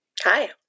Hi